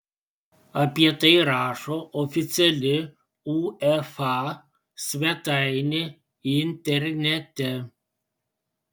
apie tai rašo oficiali uefa svetainė internete